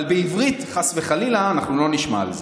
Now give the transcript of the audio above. אבל בעברית, חס וחלילה, אנחנו לא נשמע על זה.